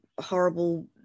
horrible